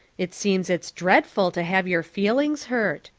it seems it's dreadful to have your feelings hurt.